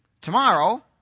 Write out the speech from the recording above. Tomorrow